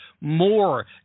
more